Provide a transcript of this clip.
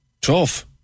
tough